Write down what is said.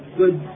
good